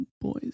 boys